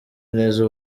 neza